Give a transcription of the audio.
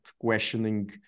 questioning